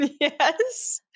Yes